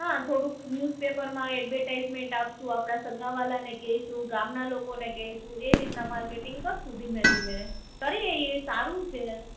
હા થોડુંક ન્યુઝપેપરમાં એડવર્ટાઈઝમેન્ટ આપશું આપડા સગા વાહલા ને કેહશુ ગામના લોકો ને કેહશુ એ રીતના માર્કેટિંગ કરશું ધીમે ધીમે કરીએ એ સારું છે